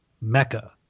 Mecca